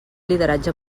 lideratge